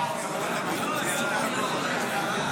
ארי הצביעה פעמיים, של מיקי לוי.